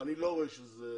אני לא רואה שזה